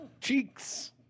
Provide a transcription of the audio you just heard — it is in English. cheeks